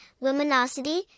luminosity